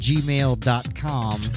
gmail.com